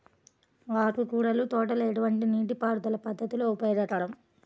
ఆకుకూరల తోటలలో ఎటువంటి నీటిపారుదల పద్దతి ఉపయోగకరం?